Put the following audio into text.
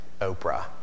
Oprah